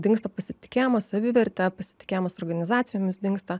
dingsta pasitikėjimas savivertė pasitikėjimas organizacijomis dingsta